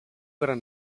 gran